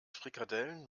frikadellen